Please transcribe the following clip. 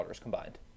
combined